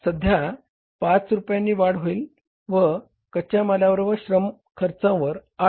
तर सध्याच्या 5 रुपयांनी वाढ होईल व कच्या मालावर व श्रम खर्चांवर 8